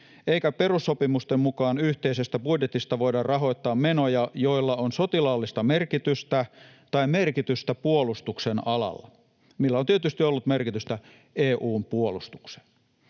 eikä perussopimusten mukaan yhteisestä budjetista voida rahoittaa menoja, joilla on sotilaallista merkitystä tai merkitystä puolustuksen alalla, millä on tietysti ollut merkitystä EU:n puolustukseen.